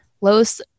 los